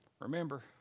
remember